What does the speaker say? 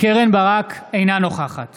אינה נוכחת